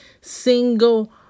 single